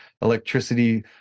electricity